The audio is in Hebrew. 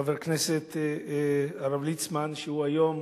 חבר הכנסת הרב ליצמן, שהוא היום